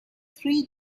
three